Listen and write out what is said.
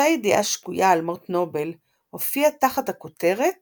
אותה ידיעה שגויה על מות נובל הופיעה תחת הכותרת